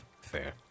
Fair